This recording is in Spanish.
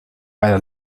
para